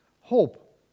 hope